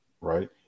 right